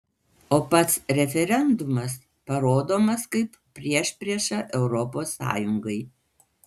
o pats referendumas parodomas kaip priešprieša europos sąjungai